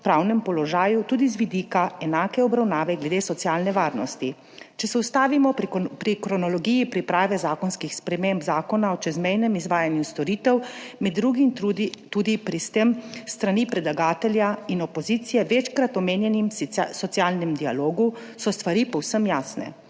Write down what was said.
delovnopravnem položaju, tudi z vidika enake obravnave glede socialne varnosti. Če se ustavimo pri kronologiji priprave zakonskih sprememb Zakona o čezmejnem izvajanju storitev, med drugim tudi pri s strani predlagatelja in opozicije večkrat omenjenem socialnem dialogu, so stvari povsem jasne.